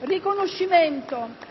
riconoscimento